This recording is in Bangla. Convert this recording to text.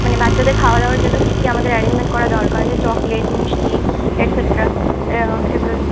মানে বাচ্চাদের খাওয়া দাওয়ার জন্য কী কী আমাদের অ্যারেঞ্জমেন্ট করা দরকার যে চকোলেট মিষ্টি এটসেটরা এগুলো